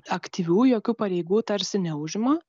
aktyvių jokių pareigų tarsi neužima